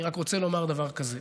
אני רק רוצה לומר דבר כזה: